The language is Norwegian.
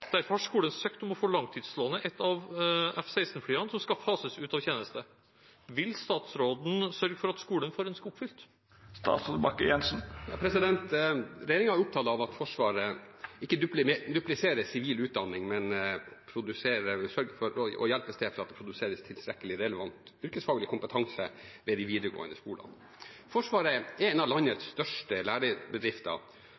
Derfor har skolen søkt om å få langtidslåne et av F-16-flyene som skal fases ut av tjeneste. Vil statsråden sørge for at skolen får ønsket oppfylt?» Regjeringen er opptatt av at Forsvaret ikke dupliserer sivil utdanning, men sørger for å hjelpe til slik at det produseres tilstrekkelig relevant yrkesfaglig kompetanse ved de videregående skolene. Forsvaret er en av landets største lærebedrifter og er bl.a. avhengig av